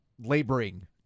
laboring